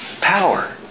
power